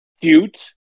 cute